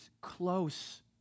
close